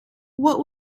what